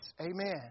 amen